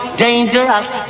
dangerous